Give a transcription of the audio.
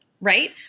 right